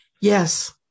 Yes